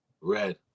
Red